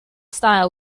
style